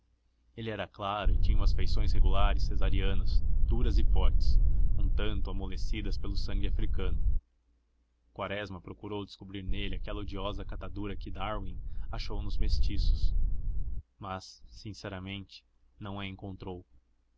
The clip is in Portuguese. ele era claro e tinha umas feições regulares cesarianas duras e fortes um tanto amolecidas pelo sangue africano quaresma procurou descobrir nele aquela odiosa catadura que darwin achou nos mestiços mas sinceramente não a encontrou